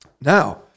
Now